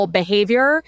behavior